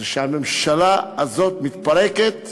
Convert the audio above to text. שהממשלה הזאת מתפרקת